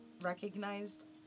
recognized